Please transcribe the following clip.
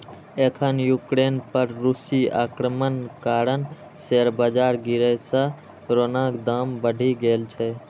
एखन यूक्रेन पर रूसी आक्रमणक कारण शेयर बाजार गिरै सं सोनाक दाम बढ़ि गेल छै